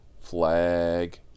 flag